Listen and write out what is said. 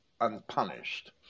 unpunished